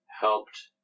helped